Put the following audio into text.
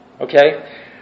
Okay